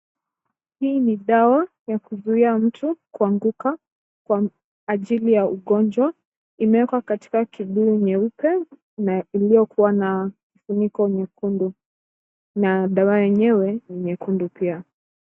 Hii ni dawa ya kumzuia mtu kuanguka kwa ajili ya ugonjwa. Imewekwa katika kibuyu nyeupe na iliyokuwa na kifuniko nyekundu, na dawa yenyewe imefunikiwa.